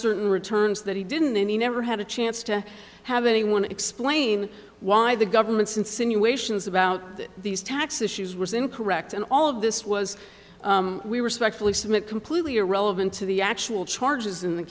certain returns that he didn't and he never had a chance to have anyone and explain why the government's insinuations about these tax issues was incorrect and all of this was we respectfully submit completely irrelevant to the actual charges in the